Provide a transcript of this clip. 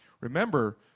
Remember